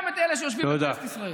גם את אלה שיושבים בכנסת ישראל.